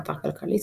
באתר כלכליסט,